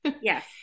yes